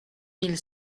mille